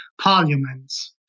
parliaments